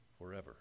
forever